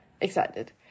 excited